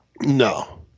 No